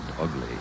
ugly